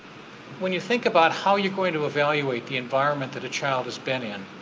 when you think about how you're going to evaluate the environment that a child has been in,